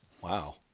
Wow